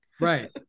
right